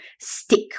stick